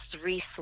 three